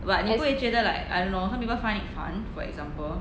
as